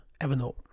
Evernote